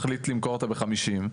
מחליט למכור אותה ב-50,